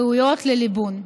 הראויות לליבון.